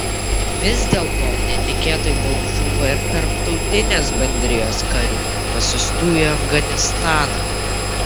vis dėlto netikėtai daug žūva ir tarptautinės bendrijos karių pasiųstų į afganistaną